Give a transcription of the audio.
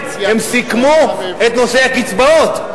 הם סיכמו את נושא הקצבאות,